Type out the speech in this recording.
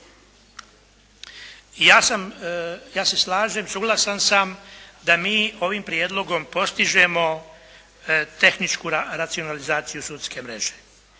Ja se slažem, suglasan sam da mi ovim prijedlogom postižemo tehničku racionalizaciju sudske mreže,